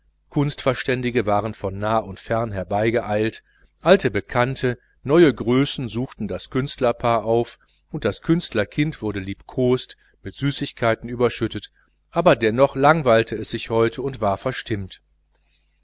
kunstverständige waren von nah und fern herbei geeilt alte bekannte neue größen suchten das künstlerpaar auf und das künstlerkind wurde liebkost mit bonbons überschüttet aber dennoch langweilte es sich heute und war verstimmt